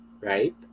right